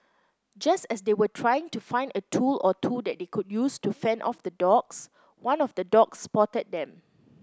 just as they were trying to find a tool or two that they could use to fend off the dogs one of the dogs spotted them